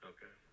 Okay